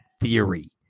theory